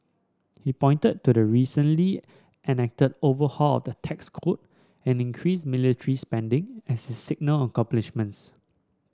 he pointed to the recently enacted overhaul of the tax code and increased military spending as his signal accomplishments